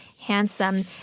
handsome